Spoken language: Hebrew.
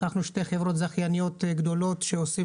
לקחנו שתי חברות זכייניות גדולות שעושים